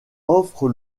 offre